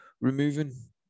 removing